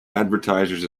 advertisers